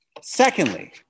Secondly